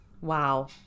Wow